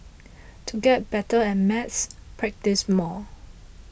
to get better at maths practise more